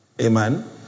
Amen